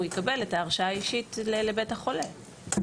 הוא יקבל את ההרשאה האישית לבית החולה,